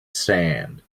sand